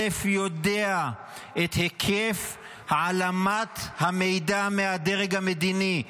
א' יודע את היקף העלמת המידע מהדרג המדיני.